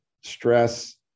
stress